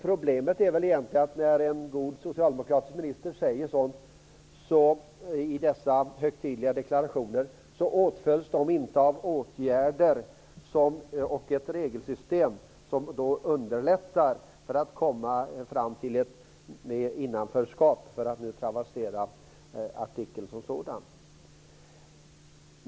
Problemet när en god socialdemokratisk minister säger sådant i högtidliga deklarationer är väl att det inte åtföljs av åtgärder och ett regelsystem som underlättar att komma fram till ett "innanförskap", för att hänvisa till artikelns innehåll.